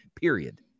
period